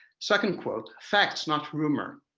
second quote, facts not rumor.